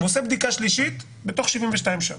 הוא עושה בדיקה שלישית בתוך 72 שעות.